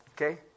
Okay